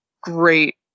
great